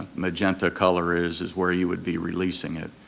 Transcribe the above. magenta color is is where you would be releasing it.